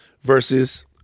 versus